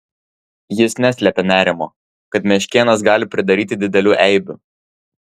jis neslėpė nerimo kad meškėnas gali pridaryti didelių eibių